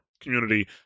community